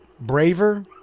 braver